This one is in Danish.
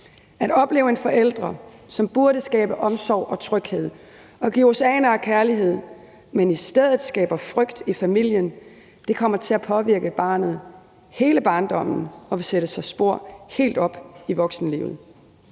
At opleve en forælder, som burde skabe omsorg og tryghed og give oceaner af kærlighed, men i stedet skaber frygt i familien, kommer til at påvirke barnet hele barndommenog vil sætte sine spor helt op i voksenlivet.